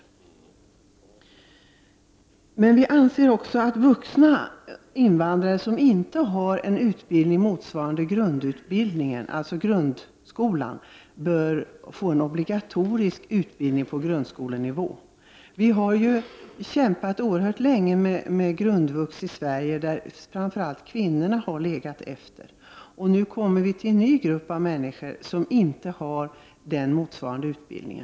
Vi i miljöpartiet anser också att vuxna invandrare som inte har en utbildning motsvarande grundutbildning, dvs. grundskolan, bör få en obligatorisk undervisning på grundskolenivå. Vi har kämpat oerhört länge med grundvux i Sverige, och framför allt kvinnorna har legat efter. Nu kommer en ny grupp av människor som inte har en motsvarande utbildning.